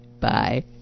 bye